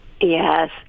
Yes